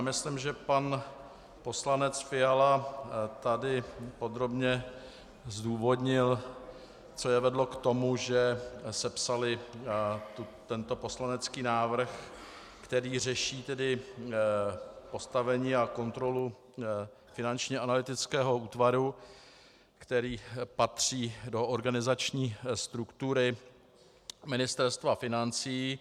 Myslím, že pan poslanec Fiala tady podrobně zdůvodnil, co je vedlo k tomu, že sepsali tento poslanecký návrh, který řeší postavení a kontrolu Finančního analytického útvaru, který patří do organizační struktury Ministerstva financí.